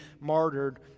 martyred